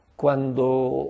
cuando